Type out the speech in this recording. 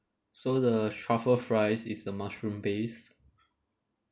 so the truffle fries is the mushroom based